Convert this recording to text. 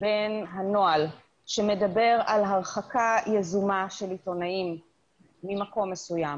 בין הנוהל שמדבר על הרחקה יזומה של עיתונאים ממקום מסוים,